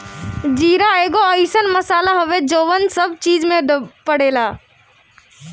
जीरा एगो अइसन मसाला हवे जवन सब चीज में पड़ेला